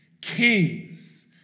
kings